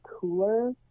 cooler